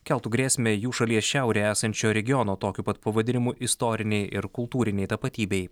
keltų grėsmę jų šalies šiaurėje esančio regiono tokiu pat pavadinimu istorinei ir kultūrinei tapatybei